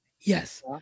Yes